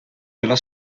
della